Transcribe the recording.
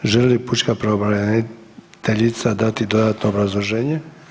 Želi li pučka pravobraniteljica dati dodatno obrazloženje?